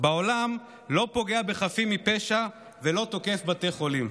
לא פוגע בחפים מפשע ולא תוקף בתי חולים.